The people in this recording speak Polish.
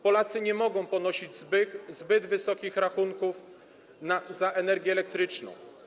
Polacy nie mogą płacić zbyt wysokich rachunków za energię elektryczną.